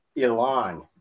Elon